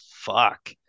fuck